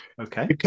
Okay